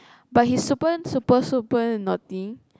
but he's super super super naughty